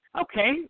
Okay